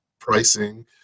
pricing